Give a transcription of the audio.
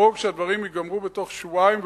לדאוג שהדברים ייגמרו בתוך שבועיים,